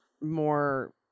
more